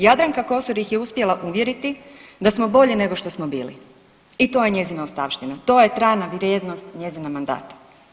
Jadranka Kosor ih je uspjela uvjeriti da smo bolji nego što smo bili i to je njezina ostavština, to je trajna vrijednost njezina mandata.